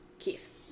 Keith